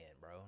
bro